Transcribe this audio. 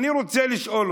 אני רוצה לשאול אתכם: